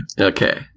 Okay